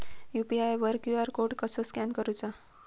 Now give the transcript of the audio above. UPI वर QR code कसा scan करूचा?